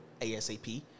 ASAP